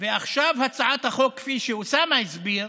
ועכשיו הצעת החוק, כפי שאוסאמה הסביר,